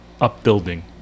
upbuilding